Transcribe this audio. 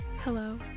hello